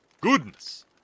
goodness